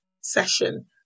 session